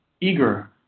eager